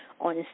on